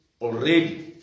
already